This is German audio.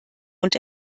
und